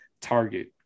target